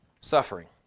suffering